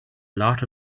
lot